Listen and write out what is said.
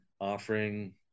offering